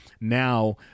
now